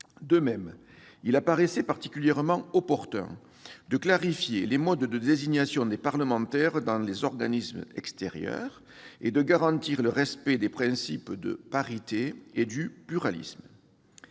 De même, il apparaissait particulièrement opportun de clarifier les modes de désignation des parlementaires dans les organismes extérieurs et de garantir le respect des principes de parité et de pluralisme.